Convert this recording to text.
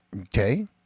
Okay